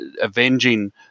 avenging